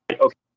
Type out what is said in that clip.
Okay